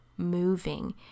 moving